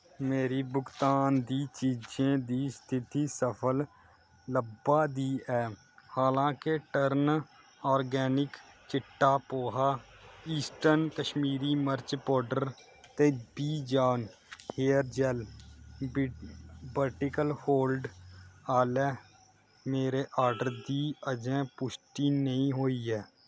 मेरी भुगतान दी चीजें दी स्थिति सफल लब्भा दी ऐ हालां के टर्न आर्गेनिक चिट्टा पोहा ईस्टर्न कश्मीरी मर्च पौडर ते वी John hair gel vertical hold आह्ले मेरे आर्डर दी अजें पुश्टि नेईं होई ऐ